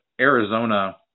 Arizona